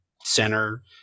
center